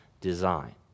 design